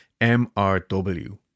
MRW